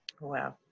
Wow